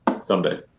someday